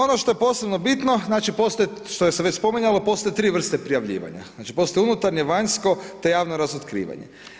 Ono što je posebno bitno, znači postoje, što se već spominjalo, postoje 3 vrste prijavljivanja, znači postoji unutarnje, vanjsko te javno razotkrivanje.